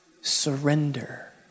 surrender